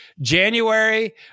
January